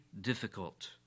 difficult